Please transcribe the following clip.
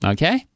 Okay